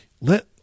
let